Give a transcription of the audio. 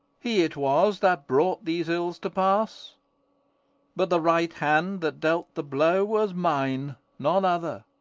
he it was that brought these ills to pass but the right hand that dealt the blow was mine, none other.